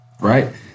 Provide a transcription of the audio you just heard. Right